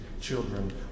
children